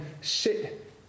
sit